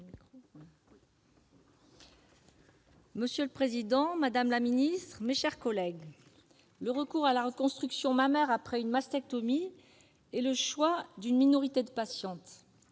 Madame la présidente, madame la ministre, mes chers collègues, le recours à la reconstruction mammaire après une mastectomie est le choix d'une minorité de patientes.